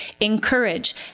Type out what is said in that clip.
Encourage